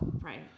right